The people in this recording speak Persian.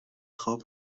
خواب